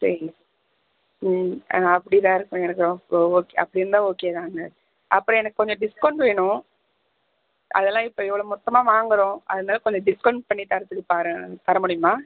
சரிங்க ம் அப்படித்தான் இருக்கணும் எனக்கு ஓகே அப்படி இருந்தால் ஓகே தாங்க அப்புறம் எனக்கு கொஞ்சம் டிஸ்கவுண்ட் வேணும் அதெல்லாம் இப்போ இவ்வளோ மொத்தமாக வாங்குறோம் அதனால் கொஞ்சம் டிஸ்கவுண்ட் பண்ணி தரத்துக்கு பாருங்கள் தர முடியுமா